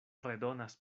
redonas